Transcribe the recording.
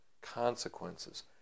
consequences